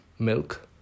milk